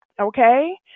okay